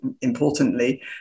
importantly